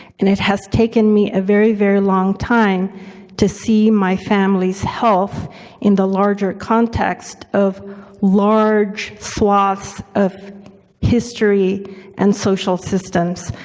and it has taken me a very, very long time to see my family's health in the larger context of large swathes of history and social systems.